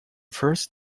first